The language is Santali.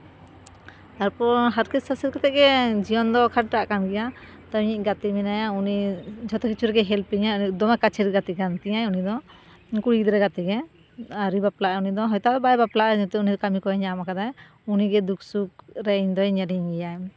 ᱛᱟᱨᱯᱚᱨ ᱦᱟᱨᱠᱮᱛ ᱥᱟᱥᱮᱛ ᱠᱟᱛᱮᱫ ᱜᱮ ᱡᱤᱭᱚᱱ ᱫᱚ ᱠᱷᱟᱸᱰᱟᱜ ᱠᱟᱱ ᱜᱮᱭᱟ ᱛᱚ ᱤᱧᱤᱡ ᱜᱟᱛᱮ ᱢᱮᱱᱟᱭᱟ ᱩᱱᱤ ᱡᱷᱚᱛᱚ ᱠᱤᱪᱷᱩ ᱨᱮᱜᱮᱭ ᱦᱮᱞᱯᱮᱧᱟᱭ ᱫᱚᱢᱮ ᱠᱟᱪᱷᱮᱨ ᱜᱟᱛᱮ ᱠᱟᱱ ᱛᱤᱧᱟᱭ ᱩᱱᱤ ᱫᱚ ᱠᱩᱲᱤ ᱜᱤᱫᱽᱨᱟᱹ ᱜᱟᱛᱮ ᱜᱮ ᱟᱹᱣᱨᱤᱭ ᱵᱟᱯᱞᱟᱜᱼᱟ ᱩᱱᱤ ᱫᱚ ᱦᱚᱭᱛᱳ ᱵᱟᱭ ᱵᱟᱯᱞᱟᱜᱼᱟ ᱱᱤᱛᱳᱜ ᱩᱱᱤ ᱠᱟᱹᱢᱤ ᱠᱚᱭ ᱧᱟᱢᱟᱠᱟᱫᱟᱭ ᱩᱱᱤ ᱜᱮ ᱫᱩᱠ ᱥᱩᱠ ᱨᱮ ᱤᱧ ᱫᱚᱭ ᱧᱮᱞᱤᱧ ᱜᱮᱭᱟ